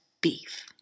beef